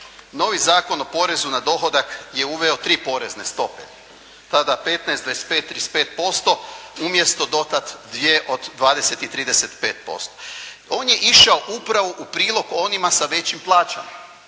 novi Zakon o porezu na dohodak je uveo tri porezne stope, tada 15, 25, 35% umjesto do tada dvije od 20 i 35%. On je išao upravo u prilog onima sa većim plaćama.